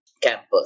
campus